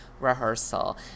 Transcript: rehearsal